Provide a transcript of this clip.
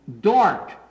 Dark